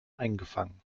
eingefangen